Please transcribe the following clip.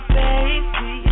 baby